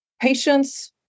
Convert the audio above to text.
Patients